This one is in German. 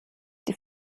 die